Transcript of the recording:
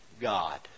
God